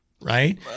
right